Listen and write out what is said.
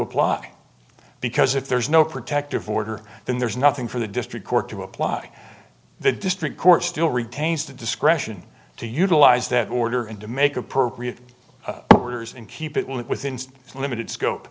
apply because if there's no protective order then there's nothing for the district court to apply the district court still retains the discretion to utilize that order and to make appropriate and keep it within a limited scope